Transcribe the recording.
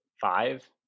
Five